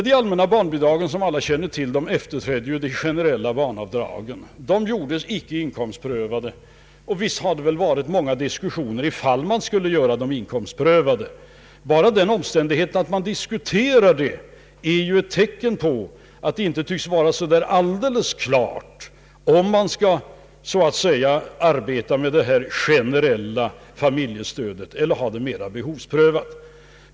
De allmänna barnbidragen efterträdde, som alla känner till, de generella barnavdragen. De gjordes inte inkomstprövade. Visst föregicks det beslutet av många diskussioner med förslag att barnbidragen skulle vara inkomstprövade. Bara den omständigheten att man diskuterade frågan är ett tecken på att det inte tycks vara så där alldeles klart om man skall tänka sig ett generellt familjestöd eller låta det vara behovsprövat.